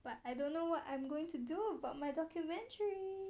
but I don't know what I'm going to do but my documentary